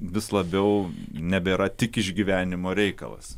vis labiau nebėra tik išgyvenimo reikalas